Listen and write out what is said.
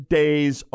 days